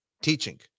Teaching